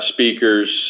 Speakers